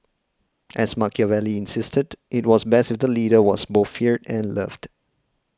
as Machiavelli insisted it was best if the leader was both feared and loved